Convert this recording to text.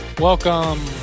Welcome